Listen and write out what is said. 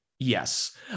yes